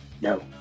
No